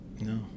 No